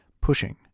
pushing